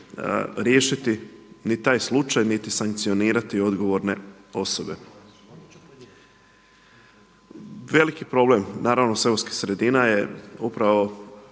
riješiti ni taj slučaj niti sankcionirati odgovorne osobe. Veliki problem naravno seoskih sredina je upravo